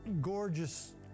gorgeous